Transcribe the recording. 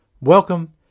welcome